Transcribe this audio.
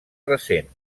recent